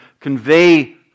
convey